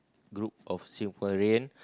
group of Singaporean